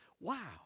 Wow